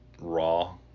raw